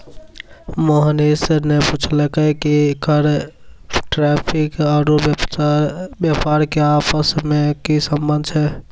मोहनीश ने पूछलकै कि कर टैरिफ आरू व्यापार के आपस मे की संबंध छै